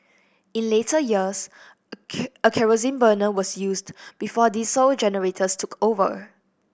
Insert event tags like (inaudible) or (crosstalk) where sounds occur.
in later years a (unintelligible) kerosene burner was used before diesel generators took over